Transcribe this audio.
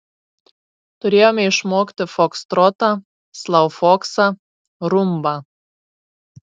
turėjome išmokti fokstrotą sloufoksą rumbą